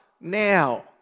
now